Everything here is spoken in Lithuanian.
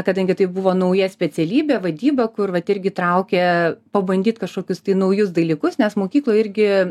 kadangi tai buvo nauja specialybė vadyba kur vat irgi traukė pabandyt kažkokius tai naujus dalykus nes mokykloj irgi